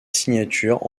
signature